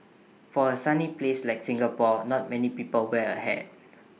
for A sunny place like Singapore not many people wear A hat